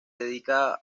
dedica